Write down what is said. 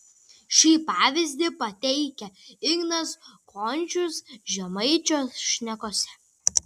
šį pavyzdį pateikia ignas končius žemaičio šnekose